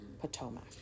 potomac